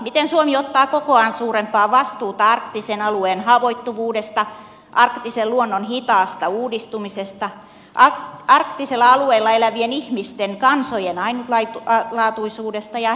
miten suomi ottaa kokoaan suurempaa vastuuta arktisen alueen haavoittuvuudesta arktisen luonnon hitaasta uudistumisesta arktisella alueella elävien ihmisten kansojen ainutlaatuisuudesta ja herkkyydestä